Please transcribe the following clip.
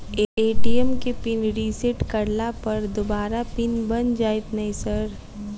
ATM केँ pin reset करला पर दोबारा पिन बन जाइत नै सर?